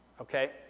okay